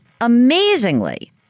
amazingly